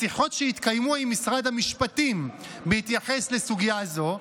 בשיחות שהתקיימו עם משרד המשפטים בהתייחס לסוגיה זו,